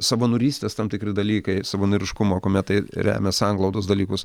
savanorystės tam tikri dalykai savanoriškumo kuomet tai remia sanglaudos dalykus